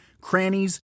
crannies